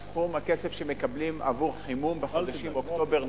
מקבלים עבור חימום בחודשים אוקטובר,